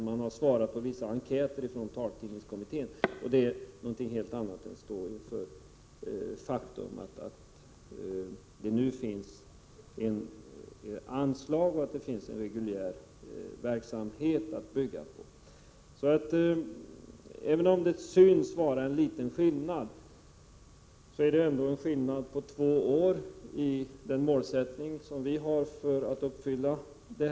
Man har svarat på vissa enkäter från Taltidningskommittén, men det är något helt annat än att stå inför det faktum att det nu finns anslag och en reguljär verksamhet att bygga på. Även om det synes vara en liten skillnad mellan reservationen och utskottets skrivning, är det ändå en skillnad på två år med tanke på vårt mål.